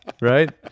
right